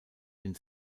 den